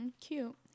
Cute